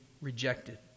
rejected